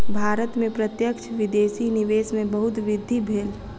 भारत में प्रत्यक्ष विदेशी निवेश में बहुत वृद्धि भेल